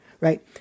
Right